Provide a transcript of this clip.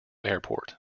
airport